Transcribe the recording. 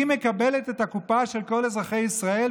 היא מקבלת את הקופה של כל אזרחי ישראל,